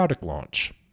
launch